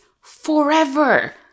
forever